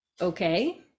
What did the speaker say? okay